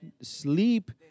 sleep